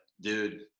dude